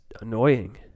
annoying